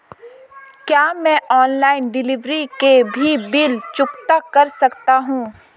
क्या मैं online delivery के भी बिल चुकता कर सकता हूँ?